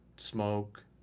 smoke